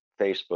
facebook